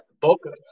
Boca